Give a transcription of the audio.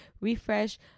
refresh